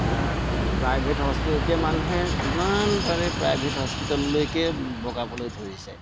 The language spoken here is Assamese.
প্ৰাইভেট হস্পিটেল এতিয়া মানুহে যিমান পাৰে প্ৰাইভেট হস্পিটেললৈকে বগাবলৈ ধৰিছে